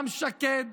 גם שקד,